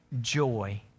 joy